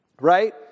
right